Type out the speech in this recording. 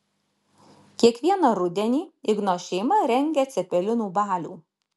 kiekvieną rudenį igno šeima rengia cepelinų balių